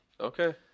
Okay